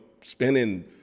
spending